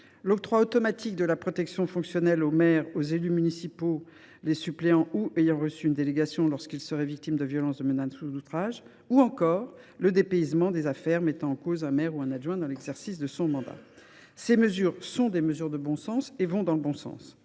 l’octroi automatique de la protection fonctionnelle aux maires, aux élus municipaux, aux suppléants ou aux personnes ayant reçu une délégation, lorsque ces derniers sont victimes de violences, de menaces ou d’outrages, ou encore le dépaysement des affaires mettant en cause un maire ou un adjoint dans l’exercice de leur mandat. Ces mesures sont de bon sens et vont dans le bon sens.